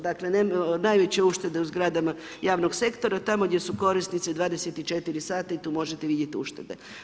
Dakle najveće uštede u zgradama javnog sektora, tamo gdje su korisnici 24h i tu možete vidjeti uštede.